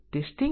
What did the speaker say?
ચાલો જોઈએ